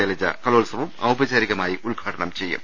ശൈലജ കലോത്സവം ഔപചാരി കമായി ഉദ്ഘാടനം ചെയ്യും